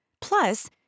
Plus